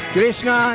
Krishna